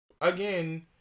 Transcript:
again